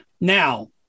Now